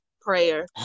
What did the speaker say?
Prayer